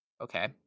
okay